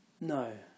No